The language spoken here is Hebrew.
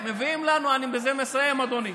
אני בזה מסיים, אדוני.